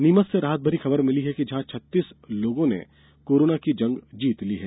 नीमच से राहत भरी खबर मिली है जहां छत्तीस लोगों ने कोरोना की जंग जीत ली है